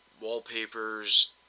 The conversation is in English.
wallpapers